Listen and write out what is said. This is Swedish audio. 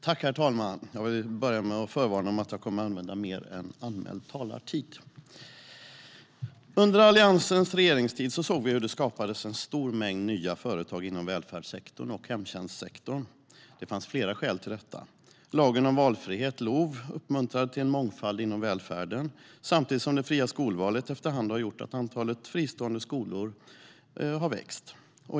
Herr talman! Jag vill börja med att förvarna om att jag kommer att använda mer än anmäld talartid. Under Alliansens regeringstid såg vi hur det skapades en stor mängd nya företag inom välfärdssektorn och hemtjänstsektorn. Det fanns flera skäl till detta. Lagen om valfrihet, LOV, uppmuntrade till en mångfald inom välfärden samtidigt som det fria skolvalet efter hand har gjort att antalet fristående skolor har växt.